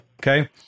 okay